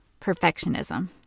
perfectionism